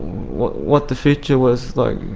what what the future was like.